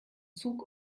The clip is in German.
zug